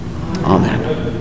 Amen